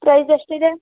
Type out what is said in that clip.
price ಎಷ್ಟಿದೆ